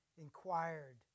inquired